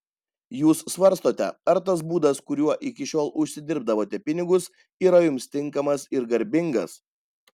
jūs svarstote ar tas būdas kuriuo iki šiol užsidirbdavote pinigus yra jums tinkamas ir garbingas